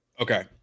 Okay